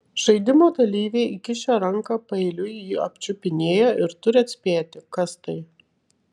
žaidimo dalyviai įkišę ranką paeiliui jį apčiupinėja ir turi atspėti kas tai